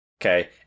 okay